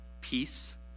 Peace